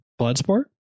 Bloodsport